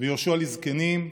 ויהושע לזקנים,